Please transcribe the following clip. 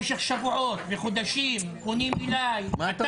אתם במשך שבועות וחודשים פונים אלי, אתה,